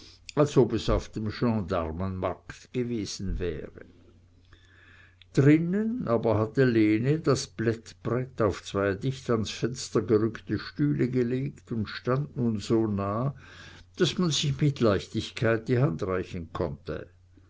als ob es auf dem gensdarmenmarkt gewesen wäre drinnen aber hatte lene das plättbrett auf zwei dicht ans fenster gerückte stühle gelegt und stand nun so nah daß man sich mit leichtigkeit die hand reichen konnte